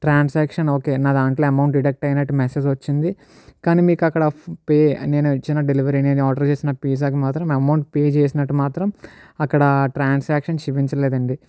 transaction okay నా దాంట్లో amount deduct అయినట్టు మెసేజ్ వచ్చింది కానీ మీకు అక్కడ పే నేను ఇచ్చిన డెలివరీ నేను ఆర్డర్ చేసిన పిజ్జాకి మాత్రం నా అమౌంట్ పే చేసినట్టు మాత్రం అక్కడ ట్రాన్సాక్షన్కి చూపించలేదు అండి